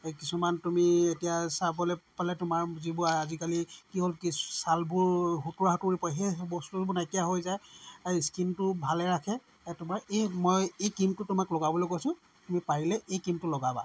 কিছুমান তুমি এতিয়া চাবলৈ পালে তোমাৰ যিবোৰ আজিকালি কি হ'ল কি ছালবোৰ সুতুৰা সুতুৰী পৰে সেই সেই বস্তুটো নাইকিয়া হৈ যায় আৰু স্কিনটোও ভালে ৰাখে এই তোমাৰ এই মই এই ক্ৰীমটো তোমাক লগাবলৈ কৈছোঁ তুমি পাৰিলে এই ক্ৰীমটো লগাবা